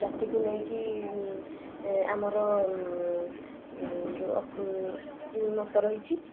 ଜାତିକୁ ନେଇକି ଆମର ଯେଉଁ ମତ ରହିଛି